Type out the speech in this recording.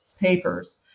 papers